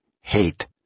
hate